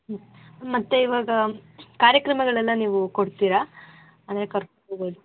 ಮತ್ತೆ ಇವಾಗ ಕಾರ್ಯಕ್ರಮಗಳೆಲ್ಲ ನೀವು ಕೊಡ್ತೀರಾ ಅಂದರೆ ಕರ್ಕೊಂಡು ಹೋಗೋದು